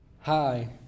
Hi